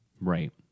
Right